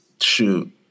Shoot